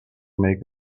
make